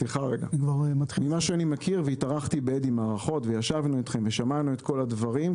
ממה שאני מכיר והתארחתי בא.ד.י מערכות וישבנו אתכם ושמענו את כל הדברים,